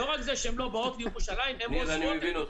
לא רק זה שהן לא באות לירושלים הן עוזבות את